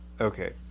Okay